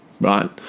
right